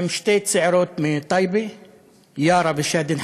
משרד הבריאות ושר הבריאות,